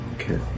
Okay